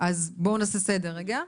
אז בואו נעשה סדר רגע.